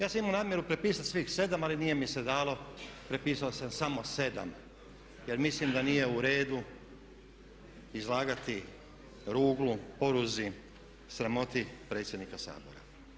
Ja sam imao namjeru prepisati svih … ali nije mi se dalo, prepisao sam samo sedam, jer mislim da nije u redu izlagati ruglu, poruzi, sramoti predsjednika Sabora.